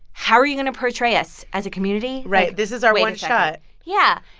how are you going to portray us as a community? right. this is our one shot yeah.